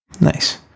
nice